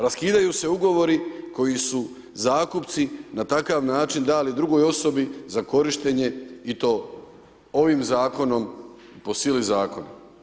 Raskidaju se u govori, koji su zakupci na takav način dali drugoj osobi i za korištenje i to ovim zakonom, po sili zakona.